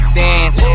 dance